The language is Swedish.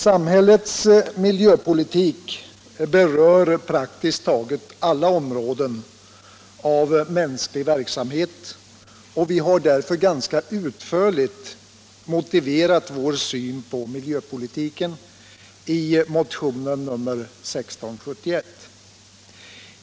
Samhällets miljöpolitik berör praktiskt taget alla områden av mänsklig verksamhet, och vi har därför i motionen 1671 ganska utförligt motiverat vår syn på miljöpolitiken.